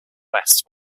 west